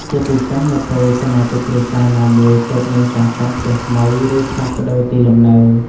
ជាពិសេសនៅពេលសមាជិកគ្រួសារណាមួយទើបនឹងសាងសង់ផ្ទះថ្មី ឬផ្លាស់ប្តូរទីលំនៅ។